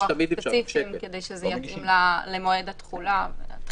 ספציפיים כדי שזה יתאים למועד התחולה.